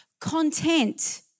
content